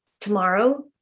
tomorrow